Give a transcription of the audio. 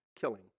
killing